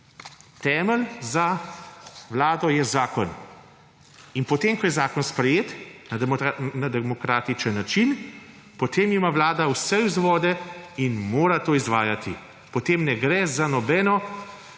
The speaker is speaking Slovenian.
Temelj za Vlado je zakon. In potem ko je zakon sprejet na demokratičen način, potem ima Vlada vse vzvode in mora to izvajati. Potem ne gre za nobeno